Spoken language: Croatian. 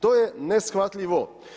To je neshvatljivo.